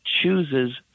chooses